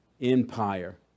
Empire